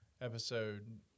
episode